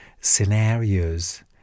scenarios